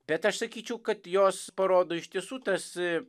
bet aš sakyčiau kad jos parodo iš tiesų tas